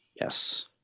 Yes